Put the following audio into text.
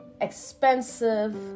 expensive